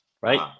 right